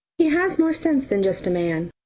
he has more sense than just a man.